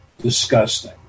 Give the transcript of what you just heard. disgusting